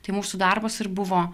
tai mūsų darbas ir buvo